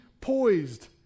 poised